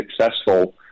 successful